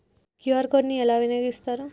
QR code ని ఎలా వినియోగిస్తారు?